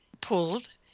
pulled